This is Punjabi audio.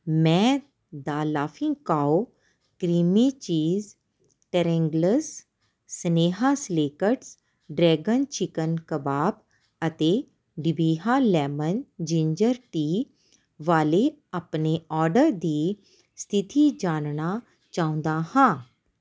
ਮੈਂ the Laughing Cow creamy cheese triangles ਸਨੇਹਾ ਸਿਲੈਕਟ ਡਰੈਗਨ ਚਿਕਨ ਕਬਾਬ ਅਤੇ ਡਿਬਿਹਾ ਲੈਮਨ ਜਿੰਜਰ ਟੀ ਵਾਲੇ ਆਪਣੇ ਆਰਡਰ ਦੀ ਸਥਿਤੀ ਜਾਣਨਾ ਚਾਹੁੰਦਾ ਹਾਂ